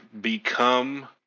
become